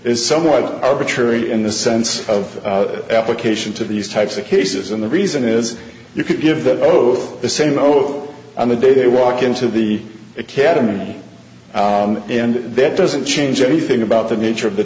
is somewhat arbitrary in the sense of application to these types of cases and the reason is you could give that both the same oath on the day they walk into the academy and that doesn't change anything about the nature of the